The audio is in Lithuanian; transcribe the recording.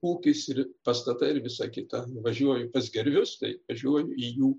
ūkis ir pastatai ir visa kita važiuoju pas gervius tai važiuoju į jų